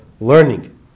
learning